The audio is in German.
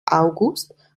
august